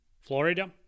Florida